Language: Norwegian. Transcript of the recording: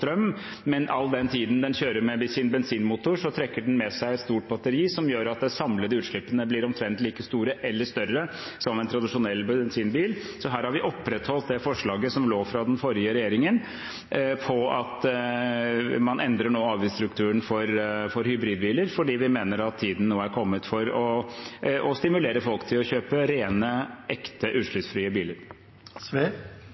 men all den tiden den kjører med bensinmotor, trekker den med seg et stort batteri som gjør at de samlede utslippene blir omtrent like store som eller større enn en tradisjonell bensinbil. Her har vi opprettholdt forslaget som lå fra den forrige regjeringen om at man nå endrer avgiftsstrukturen for hybridbiler, fordi vi mener at tiden nå er kommet for å stimulere folk til å kjøpe rene, ekte